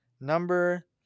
number